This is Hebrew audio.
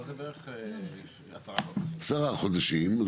בערך עשרה חודשים.